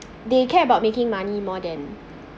they care about making money more than